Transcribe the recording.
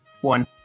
One